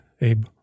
Abe